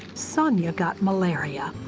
sonya got malaria.